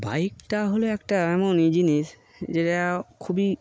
বাইকটা হলো একটা এমনই জিনিস যেটা খুবই